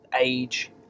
age